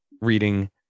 reading